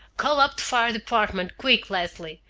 call up the fire department quick, leslie!